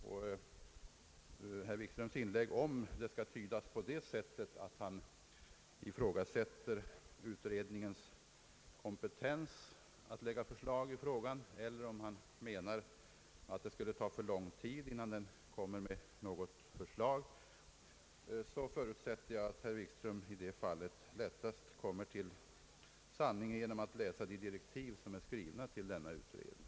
Om herr Wikströms inlägg skall tydas så att han ifrågasätter utredningens kompetens att lägga fram förslag i frågan, eller om han menar att det skulle ta för lång tid innan den kommer med något förslag, så tror jag att herr Wikström lättast kommer fram till en lösning genom att läsa de direktiv som är skrivna till denna utredning.